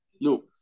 No